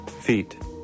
Feet